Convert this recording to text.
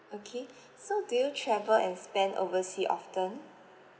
okay so do you travel and spend overseas often